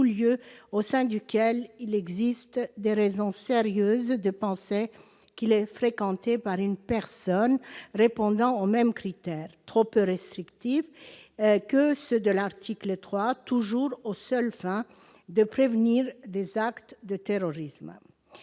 au sein duquel il existe des raisons sérieuses de penser qu'il est fréquenté par une personne répondant aux mêmes critères- trop peu restrictifs -que ceux de l'article 3, toujours aux seules fins de prévenir des actes de terrorisme.